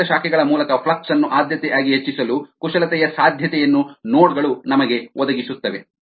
ಅಪೇಕ್ಷಿತ ಶಾಖೆಗಳ ಮೂಲಕ ಫ್ಲಕ್ಸ್ ಅನ್ನು ಆದ್ಯತೆಯಾಗಿ ಹೆಚ್ಚಿಸಲು ಕುಶಲತೆಯ ಸಾಧ್ಯತೆಯನ್ನು ನೋಡ್ ಗಳು ನಮಗೆ ಒದಗಿಸುತ್ತವೆ